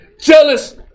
Jealous